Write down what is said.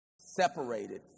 separated